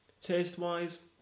Taste-wise